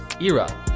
era